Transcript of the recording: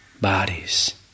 bodies